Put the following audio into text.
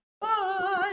bye